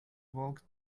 walked